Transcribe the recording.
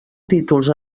títols